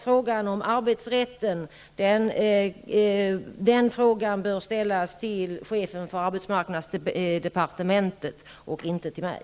Frågan om arbetsrätten bör ställas till chefen för arbetsmarknadsdepartementet och inte till mig.